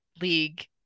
League